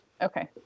Okay